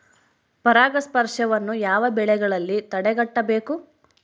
ಪರಾಗಸ್ಪರ್ಶವನ್ನು ಯಾವ ಬೆಳೆಗಳಲ್ಲಿ ತಡೆಗಟ್ಟಬೇಕು?